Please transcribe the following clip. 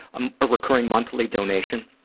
um a recurring monthly donation.